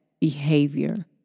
behavior